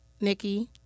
Nikki